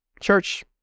Church